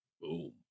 Boom